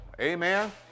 Amen